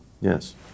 Yes